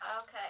Okay